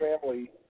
family